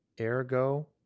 Ergo